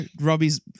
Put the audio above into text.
Robbie's